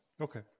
Okay